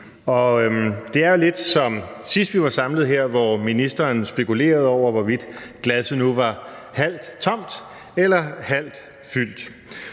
det er jo lidt som sidst, vi var samlet her, hvor ministeren spekulerede over, hvorvidt glasset nu var halvt tomt eller halvt fyldt.